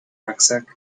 rucksack